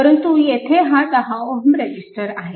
परंतु येथे हा 10Ω रेजिस्टन्स आहे